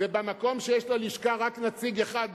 ובמקום שיש ללשכה רק נציג אחד,